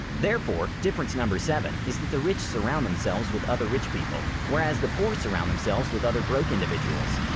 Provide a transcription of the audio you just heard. therefore, difference number seven is that the rich surround themselves with other rich people whereas the poor surround themselves with other broke individuals.